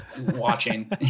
watching